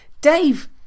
Dave